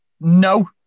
No